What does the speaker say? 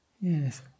Yes